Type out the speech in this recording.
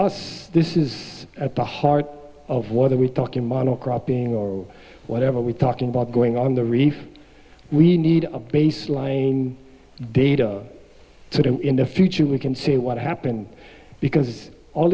us this is at the heart of what are we talking model cropping or whatever we're talking about going on the reef we need a baseline data to do in the future we can see what happened because all